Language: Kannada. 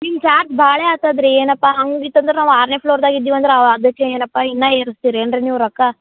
ನಿಮ್ಮ ಚಾರ್ಜ್ ಭಾಳೆ ಆತದ ರೀ ಏನಪ್ಪ ಹಂಗಿತ್ತಂದ್ರೆ ನಾವು ಆರನೇ ಫ್ಲೋರ್ದಾಗ ಇದಿವಂದ್ರೆ ಅದಕ್ಕೆ ಏನಪ್ಪ ಇನ್ನೂ ಏರ್ಸ್ತಿರೇನು ರೀ ನೀವು ರೊಕ್ಕ